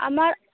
আমার